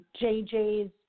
JJ's